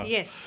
Yes